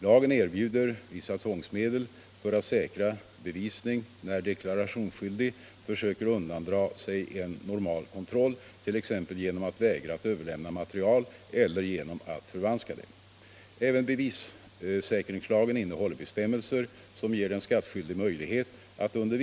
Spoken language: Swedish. Lagen erbjuder vissa tvångsmedel för att säkra bevisningen när deklarationsskyldig försöker undandra sig' en normal kontroll t.ex. genom att vägra att överlämna material eller genom att förvanska det.